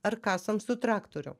ar kasam su traktorium